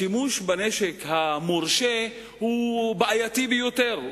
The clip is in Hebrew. השימוש בנשק המורשה הוא בעייתי ביותר.